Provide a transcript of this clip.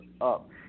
up